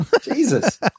jesus